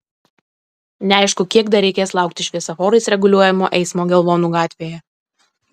neaišku kiek dar reikės laukti šviesoforais reguliuojamo eismo gelvonų gatvėje